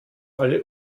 alle